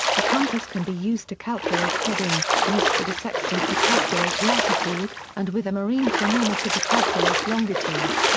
a compass can be used to calculate heading, used with a sextant to calculate latitude, and with a marine chronometer to calculate longitude.